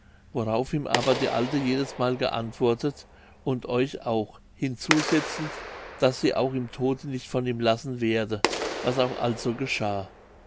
worauf ihm aber die alte jedesmal geantwortet und euch auch hinzusetzend daß sie auch im tode nicht von ihm lassen werde was auch also geschah